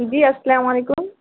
جی السلام علیکم